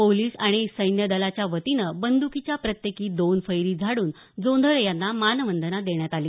police आणि सैन्य दलाच्या वतीनं बंद्कीच्या प्रत्येकी दोन फैरी झाडून जोंधळे यांना मानवंदना देण्यात आली